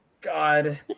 God